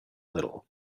little